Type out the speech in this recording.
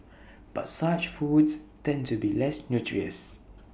but such foods tend to be less nutritious